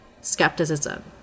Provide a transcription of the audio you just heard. skepticism